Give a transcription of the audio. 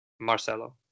Marcelo